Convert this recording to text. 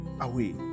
away